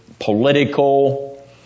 political